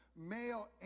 male